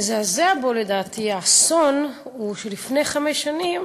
המזעזע בו לדעתי, האסון הוא, שלפני חמש שנים